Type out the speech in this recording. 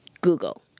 Google